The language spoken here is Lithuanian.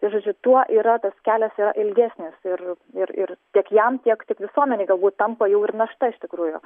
žodžiu tuo yra tas kelias yra ilgesnis ir ir ir tiek jam tiek tiek visuomenei galbūt tampa jau ir našta iš tikrųjų